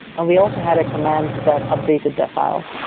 and we also had a command that updated their file.